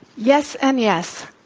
yes, and yes.